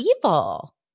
evil